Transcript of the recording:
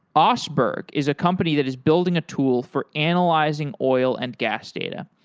ah oseberg is a company that is building a tool for analyzing oil and gas data.